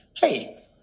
Hey